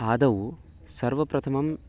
आदौ सर्वप्रथमं